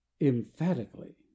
Emphatically